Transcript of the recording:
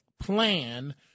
Plan